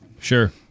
Sure